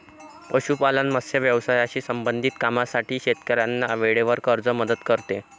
पशुपालन, मत्स्य व्यवसायाशी संबंधित कामांसाठी शेतकऱ्यांना वेळेवर कर्ज मदत करते